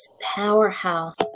powerhouse